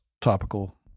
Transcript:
Topical